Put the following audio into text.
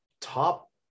top